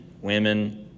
women